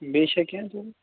بیٚیہِ چھا کیٚنٛہہ دِیُن